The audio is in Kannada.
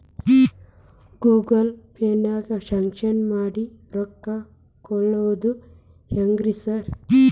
ಗೂಗಲ್ ಪೇನಾಗ ಸ್ಕ್ಯಾನ್ ಮಾಡಿ ರೊಕ್ಕಾ ಕಳ್ಸೊದು ಹೆಂಗ್ರಿ ಸಾರ್?